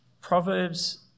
Proverbs